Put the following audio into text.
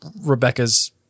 Rebecca's